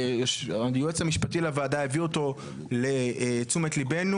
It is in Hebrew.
היועץ המשפטי לוועדה הביא אותו לתשומת ליבנו